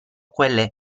quelle